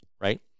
right